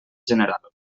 general